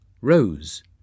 Rose